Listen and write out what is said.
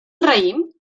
raïm